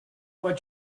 what